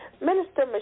Minister